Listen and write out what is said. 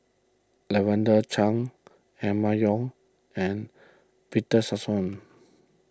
Lavender Chang Emma Yong and Victor Sassoon